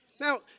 Now